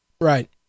right